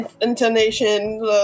intonation